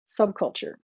subculture